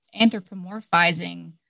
anthropomorphizing